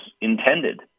intended